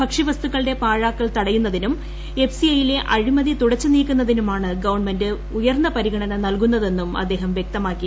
ഭക്ഷ്യവസ്തുക്കളുടെ പാഴാക്കൽ തടയുന്നതിനും F C I ലെ അഴിമതി തുടച്ചു നീക്കുന്നതിനുമാണ് ഗവൺമെന്റ് ഉയർന്ന പരിഗണന നൽകുന്നതെന്നും അദ്ദേഹം വ്യക്തമാക്കി